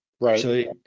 Right